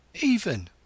Even